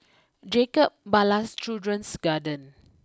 Jacob Ballas Children's Garden